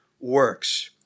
works